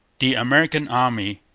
the american army.